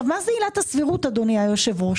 מה זה עילת הסבירות, אדוני היושב-ראש?